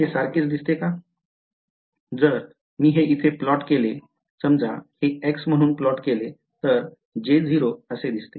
जर मी हे इथे प्लॉट केले समजा हे x म्हणून प्लॉट केले तर J0 असे दिसते